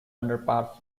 underparts